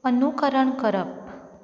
अनुकरण करप